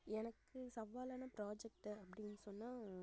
எனக்கு சவாலான ப்ராஜெக்ட்டு அப்படின்னு சொன்னால்